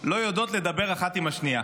לא יודעות לדבר אחת עם השנייה.